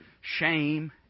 shame